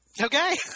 Okay